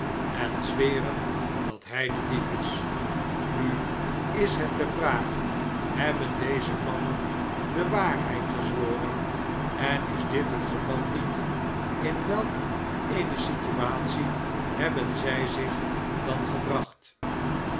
en zweren dat hij de dief is nu is het de vraag hebben deze mannen de waarheid bezworen en is dit het geval niet in welk eene situatie hebben zij zich dan gebracht